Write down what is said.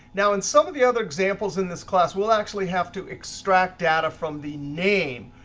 now in some of the other examples in this class, we'll actually have to extract data from the name,